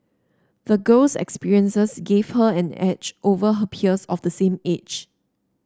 the girls experiences gave her an edge over her peers of the same age